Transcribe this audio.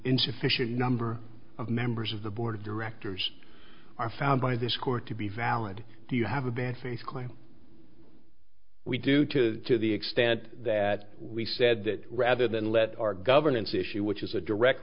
insufficient number of members of the board of directors are found by this court to be valid do you have a bad faith claim we do to the extent that we said that rather than let our governance issue which is a direct